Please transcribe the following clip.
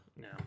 No